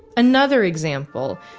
another example,